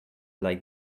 like